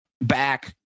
back